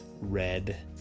red